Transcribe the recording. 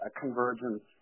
convergence